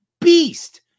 beast